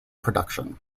production